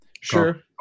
Sure